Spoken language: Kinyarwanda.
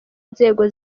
nzego